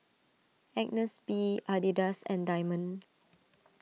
Agnes B Adidas and Diamond